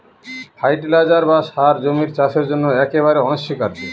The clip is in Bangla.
ফার্টিলাইজার বা সার জমির চাষের জন্য একেবারে অনস্বীকার্য